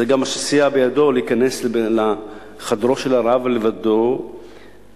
זה גם מה שסייע בידו להיכנס לחדרו של הרב לבדו ולדקור